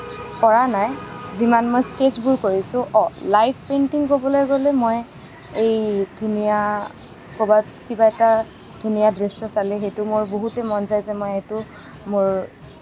কৰা নাই যিমান মই স্কেটছবোৰ কৰিছোঁ অঁ লাইফ পেইণ্টিং ক'বলৈ গ'লে মই এই ধুনীয়া ক'ৰবাত কিবা এটা ধুনীয়া দৃশ্য চালে সেইটো মোৰ বহুতেই মন যায় যে মই সেইটো মোৰ